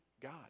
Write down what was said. God